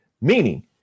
meaning